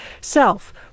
Self